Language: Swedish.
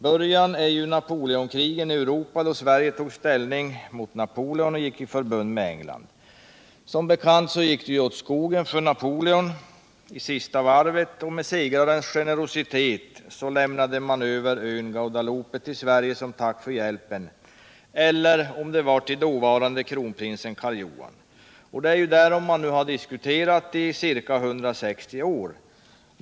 Början är ju Napoleonkrigen i Europa, då Sverige tog ställning mot Napoleon och gick i förbund med England. Det gick som bekant åt skogen för Napoleon i sista varvet, och med segrarens generositet lämnade man över ön Guadeloupe till Sverige som tack för hjälpen — eller om det var till den dåvarande kronprinsen Karl Johan. Det är om detta man har diskuterat i ca 160 år.